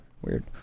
Weird